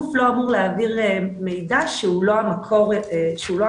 שגוף לא אמור להעביר מידע שהוא לא המקור שלו,